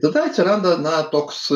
tada atsiranda na toks